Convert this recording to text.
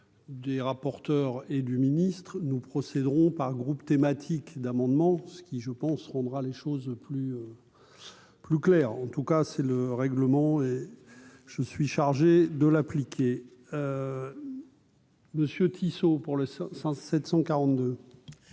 Des rapporteurs et du ministre nous procéderons par groupe thématique d'amendements, ce qui je pense rendra les choses plus plus clair en tout cas. C'est le règlement et je suis chargé de l'appliquer. Monsieur Tissot pour le 742.